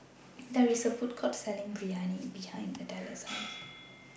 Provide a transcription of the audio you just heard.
There IS A Food Court Selling Biryani behind Adella's House